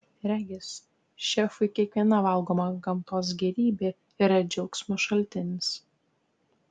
regis šefui kiekviena valgoma gamtos gėrybė yra džiaugsmo šaltinis